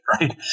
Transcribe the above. right